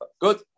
Good